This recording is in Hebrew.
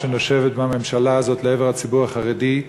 שנושבת מהממשלה הזאת לעבר הציבור החרדי,